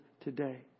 today